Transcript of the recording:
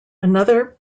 another